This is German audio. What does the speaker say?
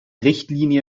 richtlinie